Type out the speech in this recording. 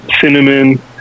cinnamon